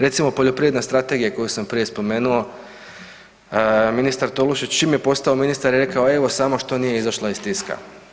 Recimo poljoprivredna strategija koju sam prije spomenuo, ministar Tolušić čim je postao ministar je rekao evo samo što nije izašla iz tiska.